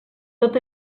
tot